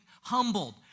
humbled